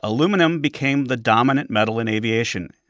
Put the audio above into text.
aluminum became the dominant metal in aviation.